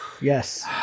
Yes